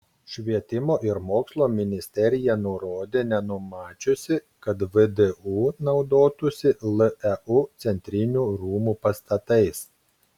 švietimo ir mokslo ministerija nurodė nenumačiusi kad vdu naudotųsi leu centrinių rūmų pastatais